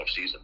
offseason